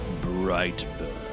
Brightburn